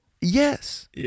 Yes